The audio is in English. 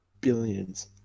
billions